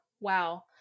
wow